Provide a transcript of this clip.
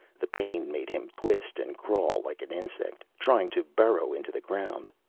the pain made him twist and crawl like an insect, trying to burrow into the ground.